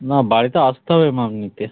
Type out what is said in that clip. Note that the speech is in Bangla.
না বাড়িতে আসতে হবে মাপ নিতে